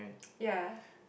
ya